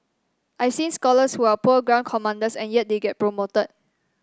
I've seen scholars who are poor ground commanders and yet they get promoted